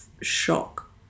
Shock